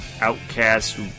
Outcast